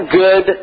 good